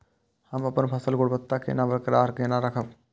हम अपन फसल गुणवत्ता केना बरकरार केना राखब?